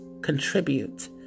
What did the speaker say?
contribute